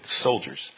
Soldiers